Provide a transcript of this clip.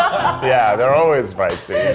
yeah, they're always spicy.